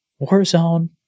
Warzone